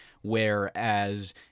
whereas